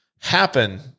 happen